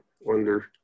wonder